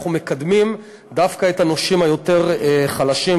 אנחנו מקדמים דווקא את הנושים היותר-חלשים,